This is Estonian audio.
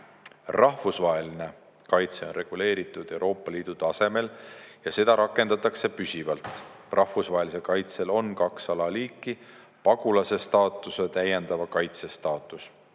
Rahvusvaheline kaitse on reguleeritud Euroopa Liidu tasemel ja seda rakendatakse püsivalt. Rahvusvahelisel kaitsel on kaks alaliiki: pagulase staatus ja täiendava kaitse staatus.